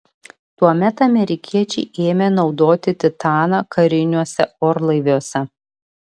tuomet amerikiečiai ėmė naudoti titaną kariniuose orlaiviuose